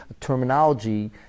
terminology